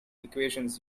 equations